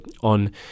on